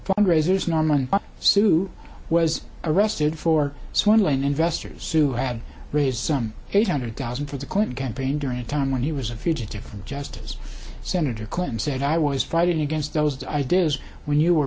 fundraisers norman suv was arrested for one line investors who had raised some eight hundred thousand for the clinton campaign during a time when he was a fugitive from justice senator clinton said i was fighting against those ideas when you were